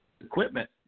equipment